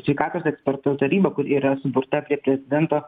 sveikatos ekspertų taryba kur yra suburta prie prezidento